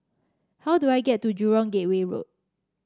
how do I get to Jurong Gateway Road